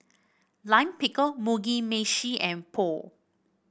Lime Pickle Mugi Meshi and Pho